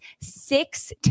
six